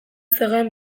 zegoen